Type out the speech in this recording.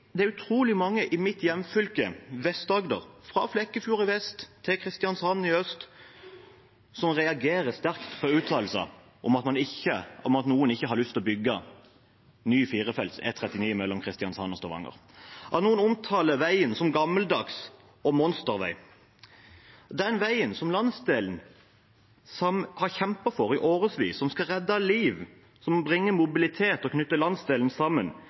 det er utrolig mange i mitt hjemfylke, Vest-Agder, fra Flekkefjord i vest til Kristiansand i øst, som reagerer sterkt på uttalelser om at noen ikke har lyst til å bygge ny firefelts E39 mellom Kristiansand og Stavanger. At noen omtaler veien som gammeldags og som en monstervei – den veien som landsdelen har kjempet for i årevis, som skal redde liv, som bringer mobilitet og knytter landsdelen sammen